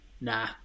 nah